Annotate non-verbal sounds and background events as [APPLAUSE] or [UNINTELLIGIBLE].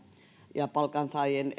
ja palkansaajien [UNINTELLIGIBLE]